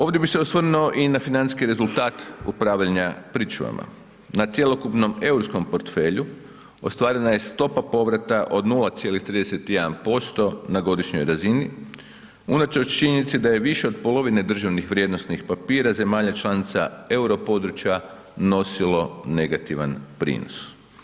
Ovdje bi se osvrnuo i na financijski rezultat upravljanja pričuvama, na cjelokupnom europskom portfelju ostvarena je stopa povrata od 0,31% na godišnjoj razini unatoč činjenici da je više od polovine državnih vrijednosnih papira zemalja članica Europodručja nosilo negativan prinos.